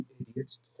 idiots